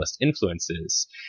influences